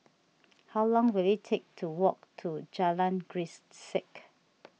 how long will it take to walk to Jalan Grisek